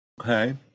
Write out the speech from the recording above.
Okay